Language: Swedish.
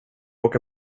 åka